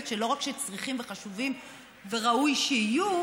שלא רק שצריכים וחשובים וראוי שיהיו,